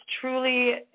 truly